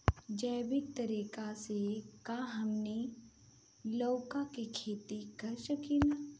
जैविक तरीका से का हमनी लउका के खेती कर सकीला?